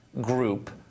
group